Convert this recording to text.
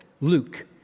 Luke